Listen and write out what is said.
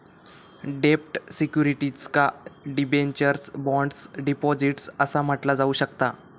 डेब्ट सिक्युरिटीजका debentures, bonds, deposits असा म्हटला जाऊ शकता